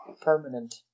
permanent